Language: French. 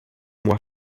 mois